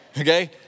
Okay